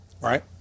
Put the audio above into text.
right